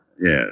yes